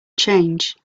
change